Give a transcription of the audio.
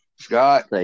Scott